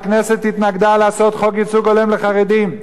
והכנסת התנגדה לעשות חוק ייצוג הולם לחרדים.